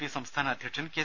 P സംസ്ഥാന അധ്യക്ഷൻ K